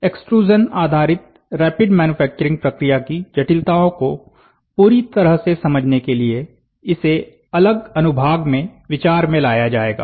extrusion आधारित rapid manufacturing प्रक्रिया की जटिलताओं को पूरी तरह से समझने के लिए इसे अलग अनुभाग में विचार में लाया जाएगा